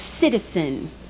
citizen